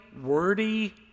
wordy